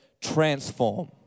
transform